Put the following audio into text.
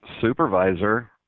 supervisor